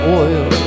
oil